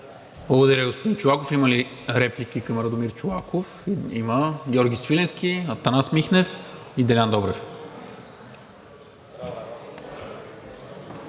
Благодаря, господин Чолаков. Има ли реплики към Радомир Чолаков? Има. Георги Свиленски, Атанас Михнев и Делян Добрев.